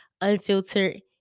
Unfiltered